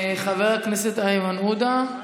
חבר הכנסת איימן עודה,